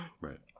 right